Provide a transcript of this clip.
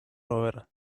rober